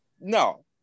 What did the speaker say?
No